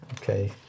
Okay